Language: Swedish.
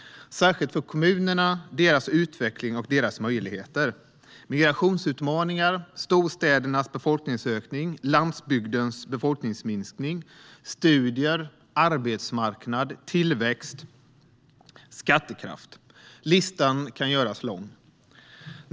Detta gäller särskilt för kommunerna och för deras utveckling och möjligheter. Migrationsutmaningar, storstädernas befolkningsökning, landsbygdens befolkningsminskning, studier, arbetsmarknad, tillväxt, skattekraft - listan kan göras lång.